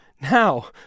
Now